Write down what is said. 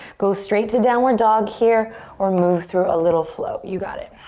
go straight to downward dog here or move through a little flow. you got it.